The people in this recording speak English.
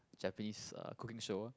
Japanese uh cooking show